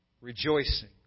rejoicing